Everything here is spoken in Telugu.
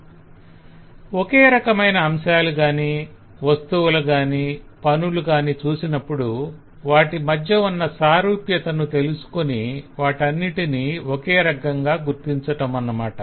ఓకే రకమైన అంశాలు కాని వస్తువులు కాని పనులు కాని చూసినప్పుడు వాటి మధ్య ఉన్న సారూప్యతను తెలుసుకొని వాటన్నిటినీ ఒకే వర్గంగా గుర్తించటమన్నమాట